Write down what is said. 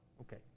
Okay